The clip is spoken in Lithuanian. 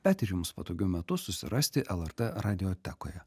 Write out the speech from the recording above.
bet ir jums patogiu metu susirasti lrt radijo tekoje